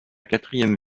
quatrième